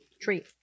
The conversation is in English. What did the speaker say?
treat